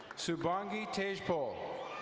subongi tagepol.